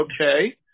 okay